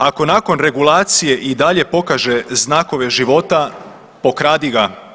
Ako nakon regulacije i dalje pokaže znakove života pokradi ga.